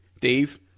Dave